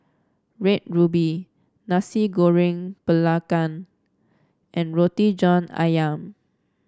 Red Ruby Nasi Goreng Belacan and Roti John ayam